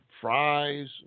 fries